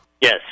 Yes